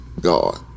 God